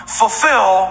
fulfill